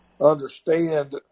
understand